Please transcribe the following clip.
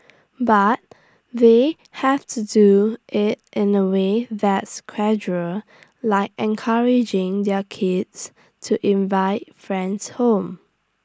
but they have to do IT in A way that's casual like encouraging their kids to invite friends home